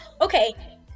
okay